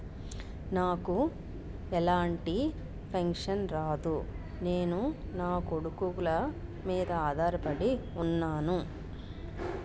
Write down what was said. నాకు ఎలాంటి పెన్షన్ రాదు నేను నాకొడుకుల మీద ఆధార్ పడి ఉన్నాను